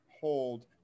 hold